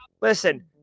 Listen